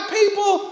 people